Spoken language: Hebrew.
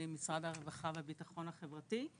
במשרד הרווחה והביטחון החברתי.